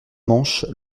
manche